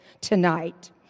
tonight